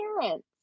parents